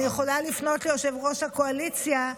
אני יכולה לפנות ליושב-ראש הקואליציה,